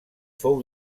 fou